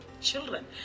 children